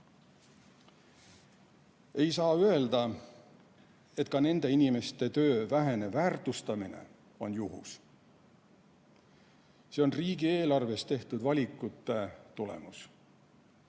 Ei saa öelda, et ka nende inimeste töö vähene väärtustamine on juhus. See on riigieelarvet koostades tehtud valikute tulemus.